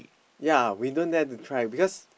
yea we don't dare to try because